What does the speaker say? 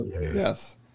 Yes